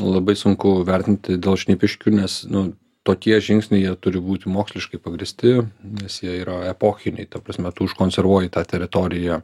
labai sunku vertinti dėl šnipiškių nes nu tokie žingsniai jie turi būti moksliškai pagrįsti nes jie yra epochiniai ta prasme tu užkonservuoji tą teritoriją